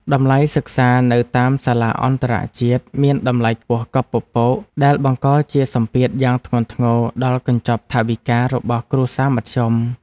តម្លៃសិក្សានៅតាមសាលាអន្តរជាតិមានតម្លៃខ្ពស់កប់ពពកដែលបង្កជាសម្ពាធយ៉ាងធ្ងន់ធ្ងរដល់កញ្ចប់ថវិការបស់គ្រួសារមធ្យម។